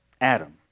Adam